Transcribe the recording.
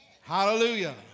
Hallelujah